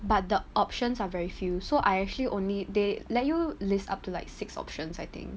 but the options are very few so I actually only they let you list up to like six options I think